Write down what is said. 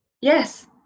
Yes